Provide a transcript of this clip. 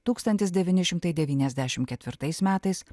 tūkstantis devyni šimtai devyniasdešimt ketvirtais metais